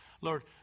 Lord